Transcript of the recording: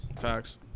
Facts